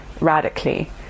radically